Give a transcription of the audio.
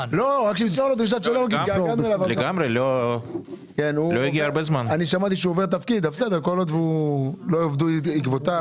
שמעתי שהוא עובר תפקיד.